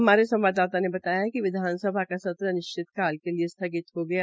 हमारे संवादाता ने बताया कि विधानसभा का सत्र अनिश्चित कालील के लिए स्थगित हो गई